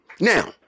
Now